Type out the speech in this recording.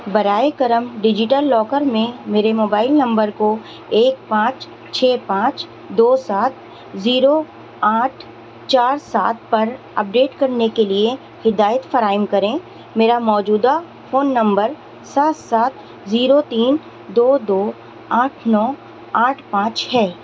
برائے کرم digital locker میں میرے موبائل نمبر کو ایک پانچ چھ پانچ دو سات زیرو آٹھ چار سات پر اپ ڈیٹ کرنے کے لیے ہدایت فراہم کریں میرا موجودہ فون نمبر سات سات زیرو تین دو دو آٹھ نو آٹھ پانچ ہے